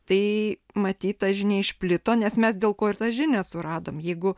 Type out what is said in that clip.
tai matyt ta žinia išplito nes mes dėl ko ir tą žinią suradom jeigu